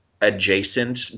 adjacent